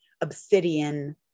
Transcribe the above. obsidian